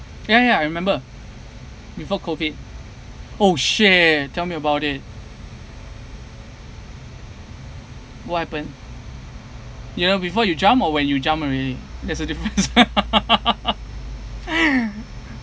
ya ya I remember before COVID oh shit tell me about it what happen you know before you jump or when you jump already there's a difference